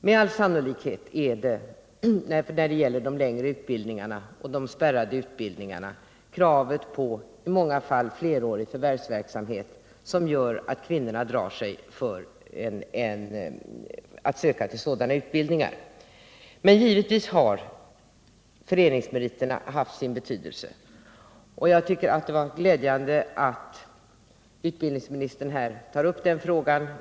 Med all sannolikhet är det, när det gäller de längre utbildningarna och de spärrade utbildningarna, kravet på i många fall flerårig förvärvserfarenhet som gör att kvinnorna drar sig för att söka till sådana utbildningar. Men givetvis har föreningsmeriterna haft sin betydelse. Jag tycker att det är glädjande att utbildningsministern här tar upp den frågan.